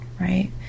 right